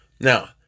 Now